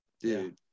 dude